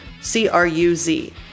C-R-U-Z